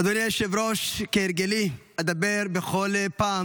אדוני היושב-ראש, כהרגלי אדבר בכל פעם